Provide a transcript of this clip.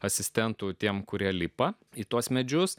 asistentų tiems kurie lipa į tuos medžius